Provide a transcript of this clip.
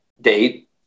date